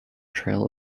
trail